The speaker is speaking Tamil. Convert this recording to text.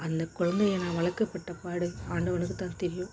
அந்த குழந்தைய நான் வளர்க்க பட்டப்பாடு ஆண்டவனுக்கு தான் தெரியும்